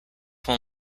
will